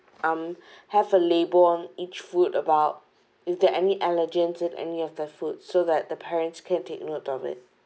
um have a label on each food about is there any allergens in any of the food so that the parents can take note of it